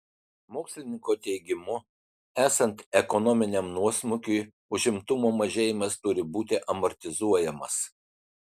mokslininko teigimu esant ekonominiam nuosmukiui užimtumo mažėjimas turi būti amortizuojamas